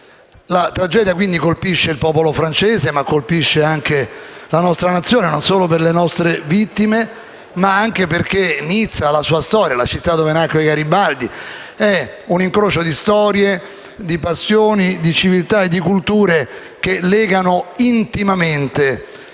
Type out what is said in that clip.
La tragedia quindi colpisce il popolo francese, ma anche la nostra Nazione, non solo per le nostre vittime, ma anche perché Nizza, la città dove nacque Garibaldi, è un incrocio di storie, di passioni, di civiltà e di culture che legano intimamente